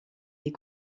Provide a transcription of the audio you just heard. des